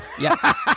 Yes